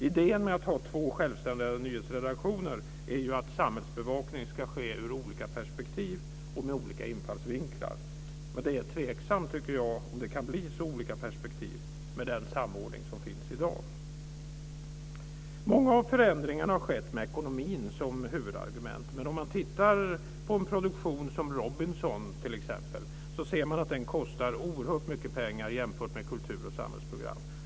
Idén med att ha två självständiga nyhetsredaktioner är ju att samhällsbevakningen ska ske ur olika perspektiv och med olika infallsvinklar, men jag tycker att det är tveksamt om det kan bli så olika perspektiv med den samordning som finns i dag. Många av förändringarna har skett med ekonomin som huvudargument. Men om man tittar på en produktion som Robinson ser man att den kostar oerhört mycket pengar jämfört med kultur och samhällsprogram.